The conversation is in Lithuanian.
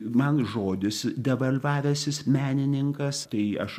man žodis devalvavęsis menininkas tai aš